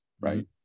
right